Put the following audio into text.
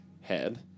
head